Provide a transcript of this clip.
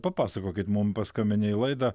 papasakokit mum paskambinę į laidą